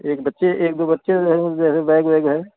एक बच्चे एक दो बच्चे जैसे बैग वैग है